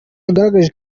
yagerageje